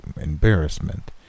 embarrassment